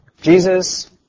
Jesus